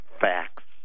facts